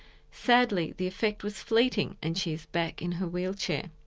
sadly the effect was fleeting and she is back in her wheelchair.